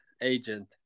agent